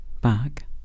back